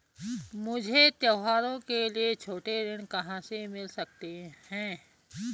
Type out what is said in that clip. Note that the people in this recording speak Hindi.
मुझे त्योहारों के लिए छोटे ऋण कहाँ से मिल सकते हैं?